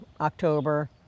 October